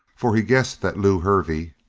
for he guessed that lew hervey,